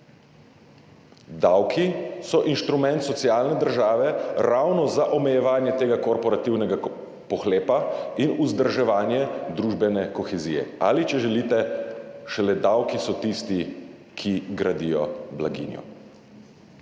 Davki so instrument socialne države, ravno za omejevanje tega korporativnega pohlepa in vzdrževanje družbene kohezije oziroma, če želite, šele davki so tisti, ki gradijo blaginjo.